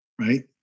right